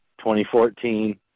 2014